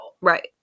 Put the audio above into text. Right